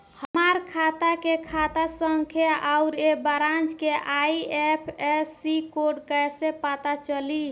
हमार खाता के खाता संख्या आउर ए ब्रांच के आई.एफ.एस.सी कोड कैसे पता चली?